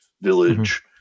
village